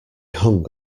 hung